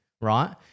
right